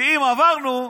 ואם עברנו,